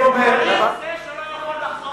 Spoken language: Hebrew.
פליט הוא זה שלא יכול לחזור.